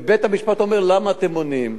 ובית-המשפט אומר: למה אתם מונעים?